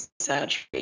surgery